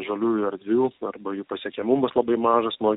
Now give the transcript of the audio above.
žaliųjų erdvių svarba jų pasiekiamumas labai mažas nuo